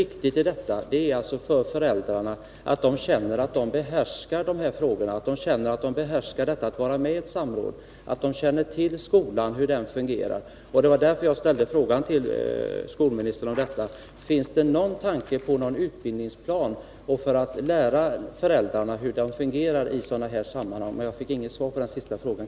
Jag tror att det för föräldrarna är mycket viktigt att de behärskar dessa frågor, klarar av att delta i ett samråd och känner till skolan och hur den fungerar. Det var därför jag frågade skolministern om det finns någon tanke på en utbildning för att lära föräldrarna hur ett samråd går till i sådana här sammanhang. Jag fick inget svar på den frågan.